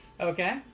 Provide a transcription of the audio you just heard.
Okay